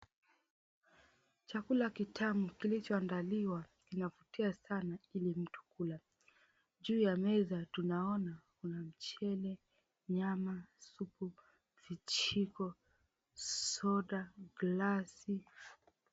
Chakula kitamu kilicho andaliwa kinavutia sana ili mtu kula. Juu ya meza tunaona kuna mchele, nyama, supu, vijiko, soda, galsi.